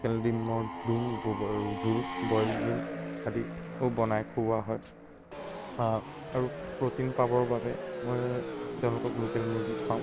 local দিমৰ দোম জোল বইল দিম আদি বনাই খুওৱা হয় আৰু প্ৰ'টিন পাবৰ বাবে মই তেওঁলোকক লোকেল মুৰ্গী খুৱাওঁ